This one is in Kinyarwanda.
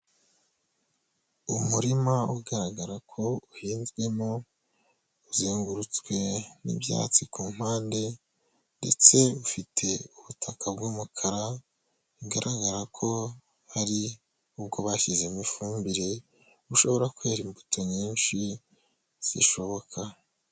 Umurima ugaragara ko uhinzwemo uzengurutswe n'ibyatsi ku mpande ndetse ufite ubutaka bw'umukara, bigaragara ko ari ubwo bashyizemo ifumbire bushobora kwera imbuto nyinshi zishoboka.